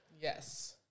Yes